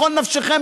בכל נפשכם,